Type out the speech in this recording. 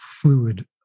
fluid